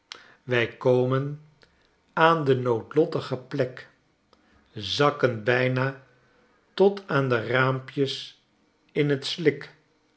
wij komen aan de noodlottige plek zakken bijna tot aan de raampjes in t slik